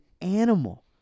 animal